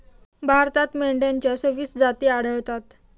भारतात मेंढ्यांच्या सव्वीस जाती आढळतात